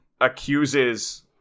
accuses